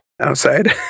outside